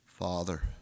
Father